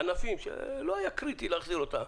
ענפים שלא היה קריטי להחזיר אותם